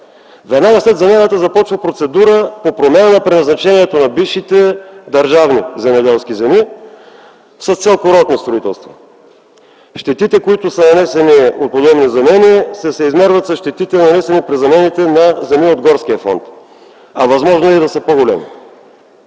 веднага след замяната започва процедура по промяна на предназначението на бившите държавни земеделски земи с цел курортно строителство. Щетите, които са нанесени от подобни замени, се съизмерват с щетите, нанесени при замените на земи от горския фонд – възможно е да са и по-големи.